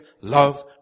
love